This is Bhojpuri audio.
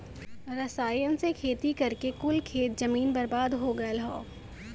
रसायन से खेती करके कुल खेत जमीन बर्बाद हो लगल हौ